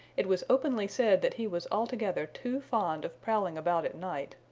it was openly said that he was altogether too fond of prowling about at night,